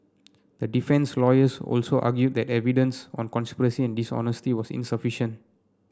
the defence lawyers also argued that the evidence on conspiracy and dishonesty was insufficient